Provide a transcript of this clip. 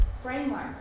framework